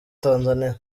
tanzania